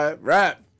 rap